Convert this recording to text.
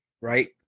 Right